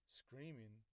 screaming